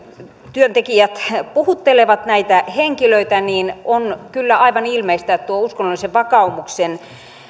työntekijät puhuttelevat näitä henkilöitä niin on kyllä aivan ilmeistä että tuon uskonnollisen vakaumuksen